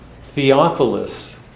Theophilus